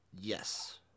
Yes